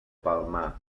palmar